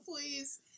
please